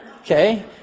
Okay